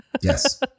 Yes